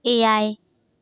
ᱮᱭᱟᱭ